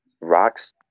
rocks